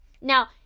Now